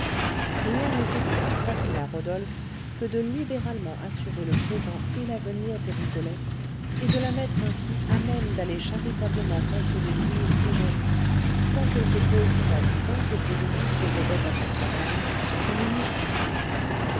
rien n'eût été plus facile à rodolphe que de libéralement assurer le présent et l'avenir de rigolette et de la mettre ainsi à même d'aller charitablement consoler louise et germain sans qu'elle se préoccupât du temps que ses visites dérobaient à son travail son unique ressource